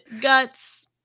guts